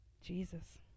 Jesus